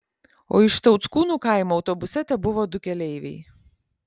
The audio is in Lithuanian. o iš tauckūnų kaimo autobuse tebuvo du keleiviai